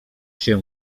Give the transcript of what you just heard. się